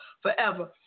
forever